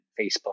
Facebook